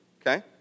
okay